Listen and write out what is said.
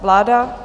Vláda...